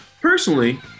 personally